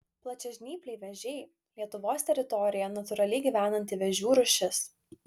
plačiažnypliai vėžiai lietuvos teritorijoje natūraliai gyvenanti vėžių rūšis